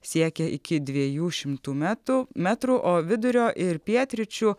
siekia iki dviejų šimtų metų metrų o vidurio ir pietryčių